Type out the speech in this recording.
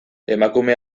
emakume